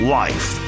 life